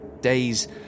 Days